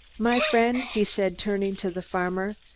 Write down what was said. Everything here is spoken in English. my friend, he said, turning to the farmer,